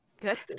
good